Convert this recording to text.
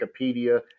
Wikipedia